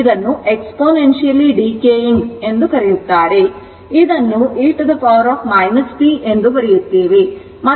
ಆದ್ದರಿಂದ ಇದನ್ನು e t ಎಂದು ಬರೆಯುತ್ತೇವೆ